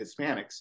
Hispanics